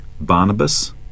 Barnabas